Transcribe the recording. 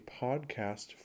podcast